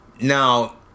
now